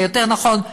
ויותר נכון,